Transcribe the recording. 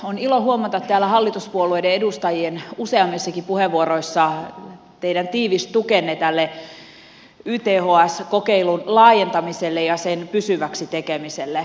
on ilo huomata täällä hallituspuolueiden edustajien useammissakin puheenvuoroissa heidän tiivis tukensa tälle yths kokeilun laajentamiselle ja sen pysyväksi tekemiselle